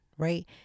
right